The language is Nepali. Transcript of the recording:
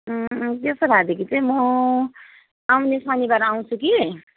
त्यसो भएदेखि चाहिँ म आउने शनिबार आउँछु कि